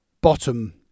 bottom